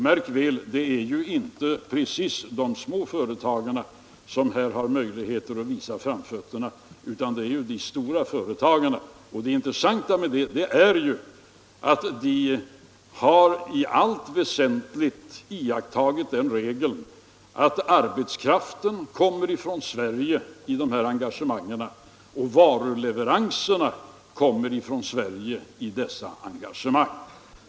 Märk väl att det ju inte precis är de små företagen som här har möjlighet att visa framfötterna, utan det är de stora företagen. Det intressanta med detta är ju att företagen har i allt väsentligt iakttagit den regeln att arbetskraften och varuleveranserna skall komma från Sverige i dessa engagemang.